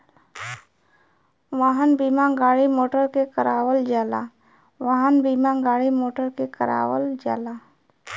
वाहन बीमा गाड़ी मोटर के करावल जाला